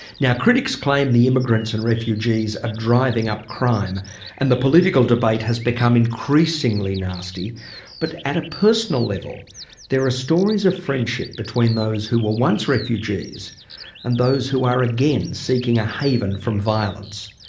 now critics claim the immigrants and refugees are driving up crime and the political debate has become increasingly nasty but at a personal level there are stories of friendship between those who were once refugees and those who are again seeking a haven from violence.